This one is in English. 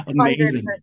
Amazing